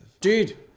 Dude